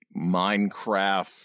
Minecraft